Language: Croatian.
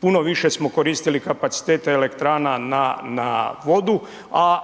puno više smo koristili kapacitete elektrana na vodu, a